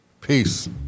Peace